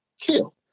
kill